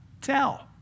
tell